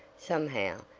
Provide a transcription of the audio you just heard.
somehow,